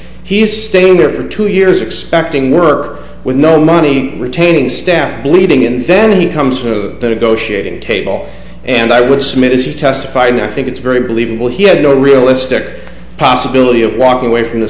he's staying there for two years expecting work with no money retaining staff bleeding and then he comes to go shooting table and i would submit as he testified i think it's very believable he had no realistic possibility of walking away from the